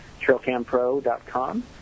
trailcampro.com